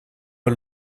een